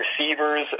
receivers